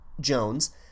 Jones